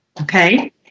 Okay